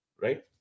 Right